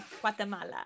Guatemala